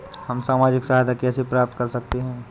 हम सामाजिक सहायता कैसे प्राप्त कर सकते हैं?